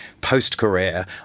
post-career